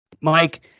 Mike